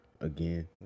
again